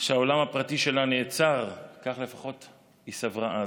שהעולם הפרטי שלה נעצר, כך לפחות היא סברה אז.